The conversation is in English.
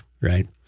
Right